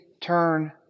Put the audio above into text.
turn